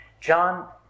John